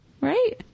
Right